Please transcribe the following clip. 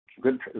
Good